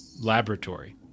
laboratory